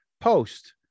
post